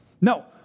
No